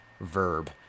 verb